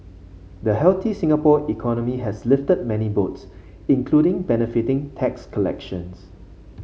the healthy Singapore economy has lifted many boats including benefiting tax collections